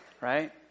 right